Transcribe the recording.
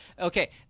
okay